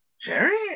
Jerry